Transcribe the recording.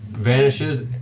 Vanishes